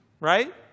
right